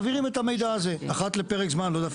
מעבירים את המידע הזה אחת לפרק זמן כלשהו; אני לא יודע,